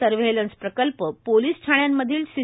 surveillance प्रकल्प police ठाण्यांमधील C